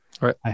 Right